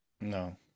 no